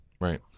right